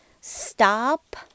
Stop